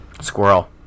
Squirrel